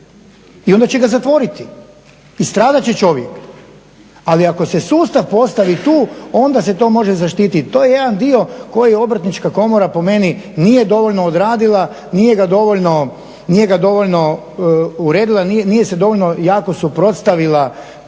i onda će ga zatvoriti i stradat će čovjek. Ali ako se sustav postavi tu onda se to može zaštititi. To je jedan dio koji Obrtnička komora po meni nije dovoljno odradila, nije ga dovoljno uredila, nije se dovoljno suprotstavila